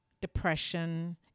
depression